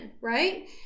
right